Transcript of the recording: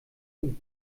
und